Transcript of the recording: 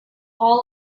hall